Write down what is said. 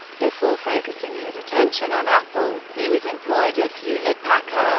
before focusing his attention on apple, he was employed at hewlett-packard